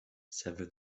sever